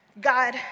God